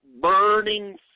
burning